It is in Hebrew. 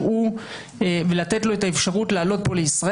הוא ולתת לו את האפשרות לעלות לישראל.